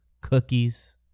cookies